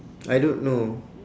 I don't know